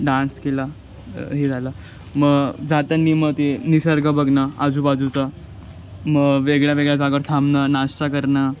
dance केला हे झालं मग जाताना मग ते निसर्ग बघणं आजूबाजूचं मग वेगळ्या वेगळ्या जागांवर थांबणं नाश्ता करणं